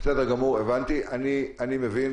אני מבין.